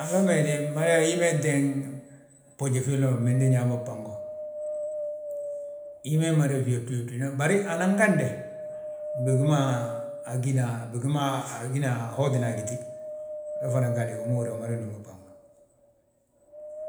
Alami he de, hi mee teeŋ fboji filli ma ma bimindi nyaa bo fbango. imee mada fyóbdi yobdina bari, anan gande bigi ma agína, bigi ma agina, ahotina a giti. We fana gadu wi ma húrin yaa wi mada númi fbango.